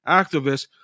activists